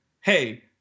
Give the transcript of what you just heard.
hey